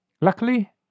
Luckily